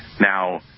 Now